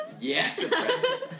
Yes